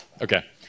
Okay